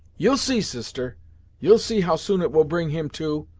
you'll see, sister you'll see, how soon it will bring him to,